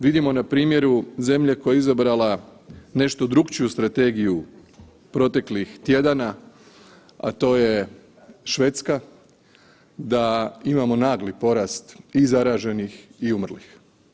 Vidimo na primjeru zemlje koja je izabrala nešto drukčiju strategiju proteklih tjedana, a to je Švedska da imamo nagli porast i zaraženih i umrlih.